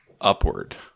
upward